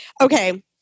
Okay